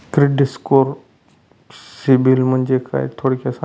Credit score किंवा CIBIL म्हणजे काय? थोडक्यात सांगा